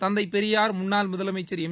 தந்தை பெரியார் முன்னாள் முதலமைச்சர் எம்